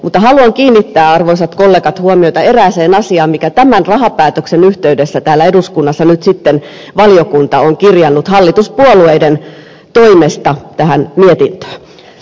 mutta haluan kiinnittää arvoisat kollegat huomiota erääseen asiaan minkä tämän rahapäätöksen yhteydessä täällä eduskunnassa valiokunta on kirjannut hallituspuolueiden toimesta tähän mietintöön